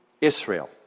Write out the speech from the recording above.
Israel